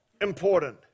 important